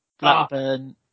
Blackburn